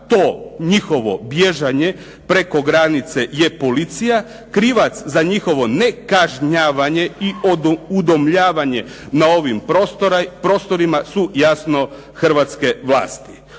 to njihovo bježanje preko granice je policija, krivac za njihovo nekažnjavanje i udomljavanje na ovim prostorima su jasno hrvatske vlasti.